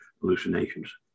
hallucinations